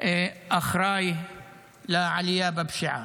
אחראי לעלייה בפשיעה.